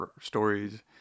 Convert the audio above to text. stories